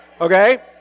Okay